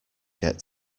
get